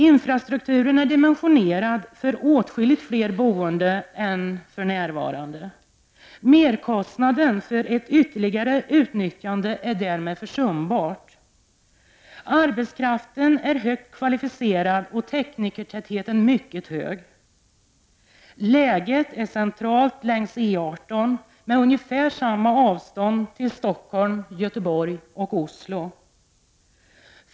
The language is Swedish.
Infrastrukturen är dimensionerad för åtskilligt fler än de människor som nu bor i Karlskoga. Merkostnaden för ett ytterligare utnyttjande är därmed försumbar. Arbetskraften är högt kvalificerad, och teknikertätheten är mycket hög. Läget är centralt längs E 18 med ungefär samma avstånd till Stockholm, Göteborg och Oslo.